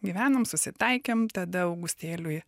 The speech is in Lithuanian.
gyvenam susitaikėm tada augustėliui